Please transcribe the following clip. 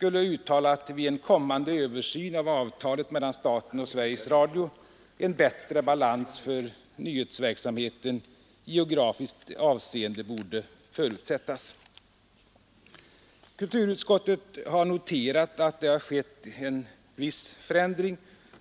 uttalar att vid en kommande översyn av avtalet mellan staten och Sveriges Radio en bättre balans för nyhetsverksamheten i geografiskt avseende bör förutsättas”. Kulturutskottet har noterat att en viss förändring skett.